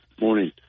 Morning